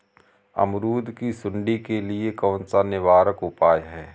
अमरूद की सुंडी के लिए कौन सा निवारक उपाय है?